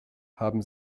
haben